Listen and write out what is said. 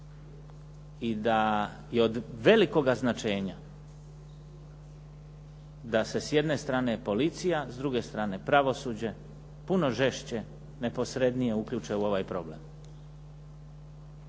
i da je od velikoga značenja da se s jedne strane policija, s druge strane pravosuđe puno žešće neposrednije uključe u ovaj problem.